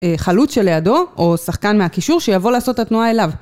חלוץ שלידו או שחקן מהכישור שיבוא לעשות התנועה אליו.